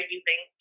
using